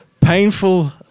painful